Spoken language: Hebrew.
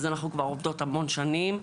אז אנחנו כבר עובדות המון שנים,